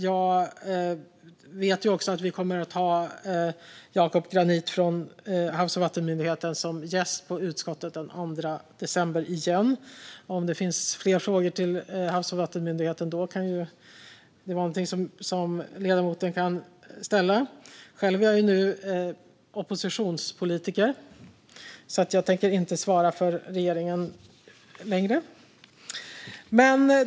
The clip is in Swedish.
Jag vet också att vi kommer att ha Jakob Granit från Havs och vattenmyndigheten som gäst igen på utskottsmötet den 2 december. Om det finns fler frågor till Havs och vattenmyndigheten är det något som ledamoten själv kan ställa. Själv är jag nu oppositionspolitiker, så jag tänker inte svara för regeringen längre.